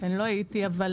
לא הייתי בו,